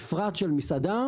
מפרט של מסעדה,